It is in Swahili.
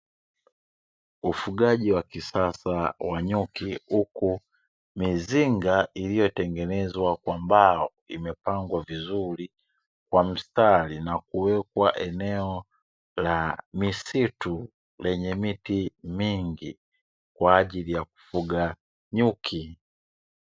Ufugaji wa kisasa wa nyuki huku mizinga iliyotengenezwa kwa mbao imepangwa vizuri kwa mstari na kuwekwa eneo la misitu lenye miti mingi kwa ajili ya kufuga nyuki.